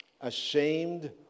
Ashamed